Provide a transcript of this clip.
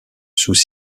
sous